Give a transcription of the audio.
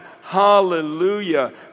hallelujah